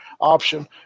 option